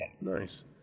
Nice